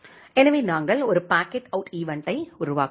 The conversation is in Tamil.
எனவே நாங்கள் ஒரு பாக்கெட் அவுட் ஈவென்ட்டை உருவாக்குகிறோம்